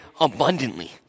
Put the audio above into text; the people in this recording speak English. abundantly